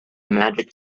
magic